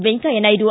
Venkaiah Naidu